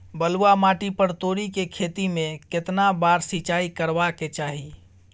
बलुआ माटी पर तोरी के खेती में केतना बार सिंचाई करबा के चाही?